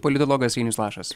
politologas ainius lašas